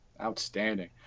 Outstanding